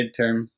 midterm